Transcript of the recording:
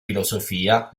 filosofia